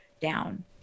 down